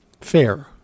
fair